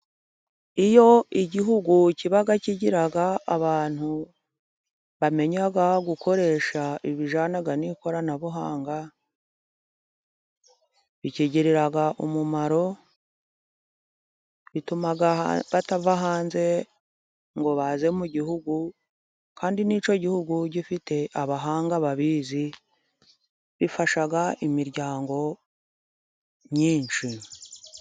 Iyo igihugu kiba kigira abantu bamenya gukoresha ibijyana n'ikoranabuhanga bikigirira umumaro, bituma batava hanze ngo baze muri icyo gihugu, kandi n'icyo gihugu gifite abahanga babizi bifasha imiryango myinshi.